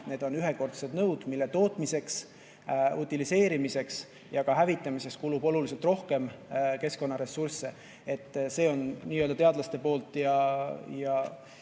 kui ühekordsed nõud, mille tootmiseks, utiliseerimiseks ja hävitamiseks kulub oluliselt rohkem keskkonnaressursse. See on teadlaste poolt